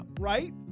Right